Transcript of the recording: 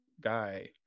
guy